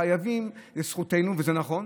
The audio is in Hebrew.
חייבים, זו זכותנו, זה נכון.